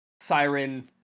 siren